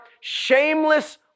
shameless